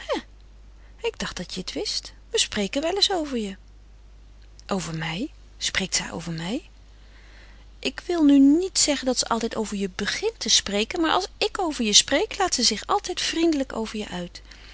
ik dacht dat je het wist we spreken wel eens over je over mij spreekt zij over mij ik wil nu niet zeggen dat ze altijd over je begint te spreken maar als ik over je spreek dan laat ze zich altijd vriendelijk over je uit